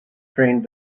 trained